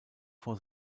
vor